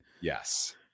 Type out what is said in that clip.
Yes